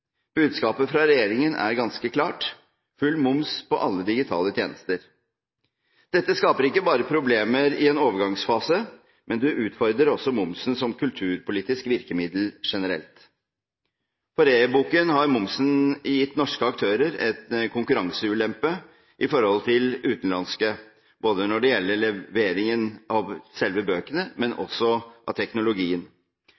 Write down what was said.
Budskapet fra regjeringen er ganske klart – full moms på alle digitale tjenester. Dette skaper ikke bare problemer i en overgangsfase, men det utfordrer også momsen som kulturpolitisk virkemiddel generelt. For e-boken har momsen gitt norske aktører en konkurranseulempe i forhold til utenlandske når det gjelder leveringen av selve bøkene, men